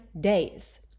days